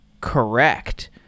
correct